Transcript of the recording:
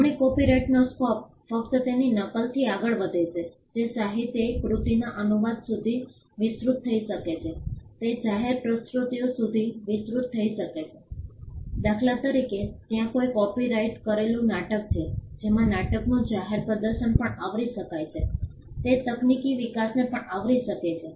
જમણી કોપિરાઇટનો સ્કોપ ફક્ત તેની નકલથી આગળ વધે છે જે સાહિત્યિક કૃતિના અનુવાદ સુધી વિસ્તૃત થઈ શકે છે તે જાહેર પ્રસ્તુતિઓ સુધી વિસ્તૃત થઈ શકે છે દાખલા તરીકે ત્યાં કોઈ કોપિરાઇટ કરેલું નાટક છે જેમાં નાટકનું જાહેર પ્રદર્શન પણ આવરી શકાય છે તે તકનીકી વિકાસને પણ આવરી શકે છે